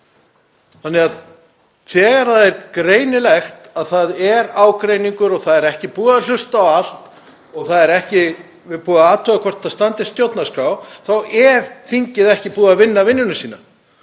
Þannig að þegar það er greinilegt að það er ágreiningur og það er ekki búið að hlusta á allt og það er ekki búið að athuga hvort það standist stjórnarskrá, þá er þingið ekki búið að vinna vinnuna sína.